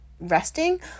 resting